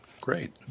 great